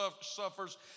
suffers